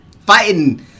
fighting